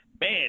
man